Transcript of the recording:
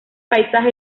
paisaje